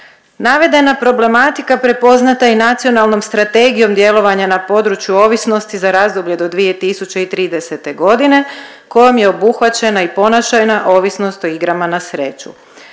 Navedena problematika prepoznata je i Nacionalnom strategijom djelovanja na području ovisnosti za razdoblje do 2030. godine kojom je obuhvaćena i ponašajna ovisnost o igrama na sreću.